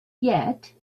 yet